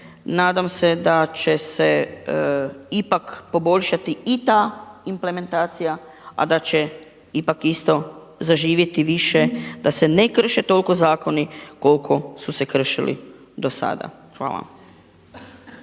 nadam se da će se ipak poboljšati i ta implementacija, a da će ipak isto zaživjeti više da se ne krše toliko zakoni koliko su se kršili do sada. Hvala.